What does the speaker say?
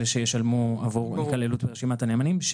אלה שישלמו עבור היכללות ברשימת הנאמנים,